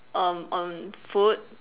on on food